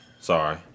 Sorry